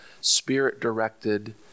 spirit-directed